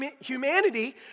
humanity